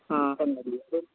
ꯎꯝ